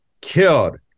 killed